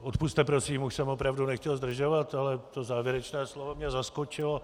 Odpusťte prosím, už jsem opravdu nechtěl zdržovat, ale to závěrečné slovo mě zaskočilo.